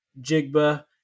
Jigba